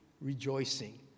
rejoicing